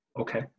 Okay